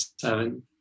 seven